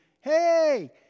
hey